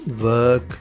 work